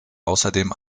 außerdem